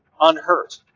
unhurt